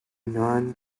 non